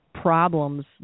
problems